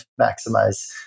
maximize